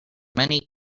many